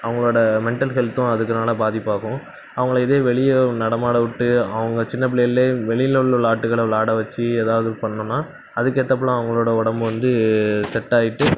அவுங்களோட மெண்டல் ஹெல்த்தும் அதுக்குனால பாதிப்பாகும் அவங்கள இதே வெளியே நடமாடவிட்டு அவங்க சின்னப் பிள்ளையிலே வெளியில் உள்ள விளாட்டுக்கள விளாட வச்சு எதாவது பண்ணோன்னா அதுக்கேத்தாப்புல அவங்களோட உடம்பு வந்து செட்டாகிட்டு